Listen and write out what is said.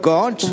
God